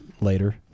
later